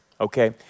Okay